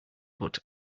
foot